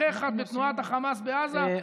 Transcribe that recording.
אחיך בתנועת החמאס בעזה,